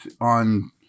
on